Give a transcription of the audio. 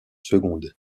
secondes